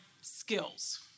skills